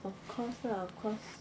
of course lah of course